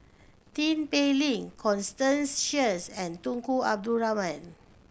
Tin Pei Ling Constance Sheares and Tunku Abdul Rahman